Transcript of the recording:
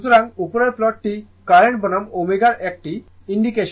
সুতরাং উপরের প্লটটি কারেন্ট বনাম ω এর একটি ইঙ্গিত